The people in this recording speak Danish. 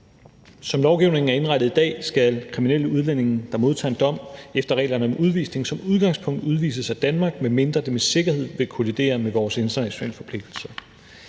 Som lovgivningen er indrettet i dag, skal kriminelle udlændinge, der modtager en dom, efter reglerne om udvisning som udgangspunkt udvises af Danmark, medmindre det med sikkerhed vil kollidere med vores internationale forpligtelser.